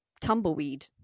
Tumbleweed